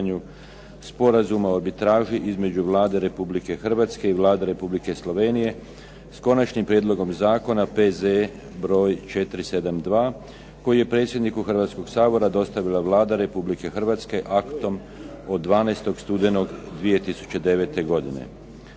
Sporazuma o arbitraži između Vlade Republike Hrvatske i Vlade Republike Slovenije, s konačnim prijedlogom zakona, P.Z.E. broj 472., koji je predsjedniku Hrvatskog sabora dostavila Vlade Republike Hrvatske aktom od 12. studenog 2009. godine.